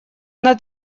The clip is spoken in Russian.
она